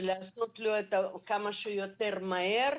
ולטפל בהם כמה שיותר מהר,